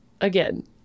Again